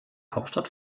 hauptstadt